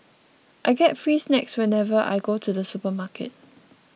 I get free snacks whenever I go to the supermarket